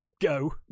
go